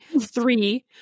three